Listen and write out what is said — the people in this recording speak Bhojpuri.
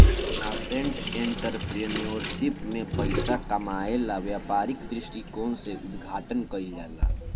नासेंट एंटरप्रेन्योरशिप में पइसा कामायेला व्यापारिक दृश्टिकोण से उद्घाटन कईल जाला